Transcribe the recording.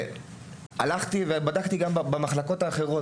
הלכתי ובדקתי גם במחלקות האחרות,